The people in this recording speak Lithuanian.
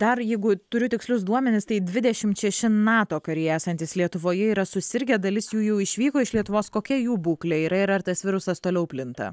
dar jeigu turiu tikslius duomenis tai dvidešim šeši nato kariai esantys lietuvoje yra susirgę dalis jų jau išvyko iš lietuvos kokia jų būklė yra ir ar tas virusas toliau plinta